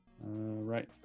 right